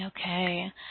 Okay